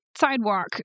sidewalk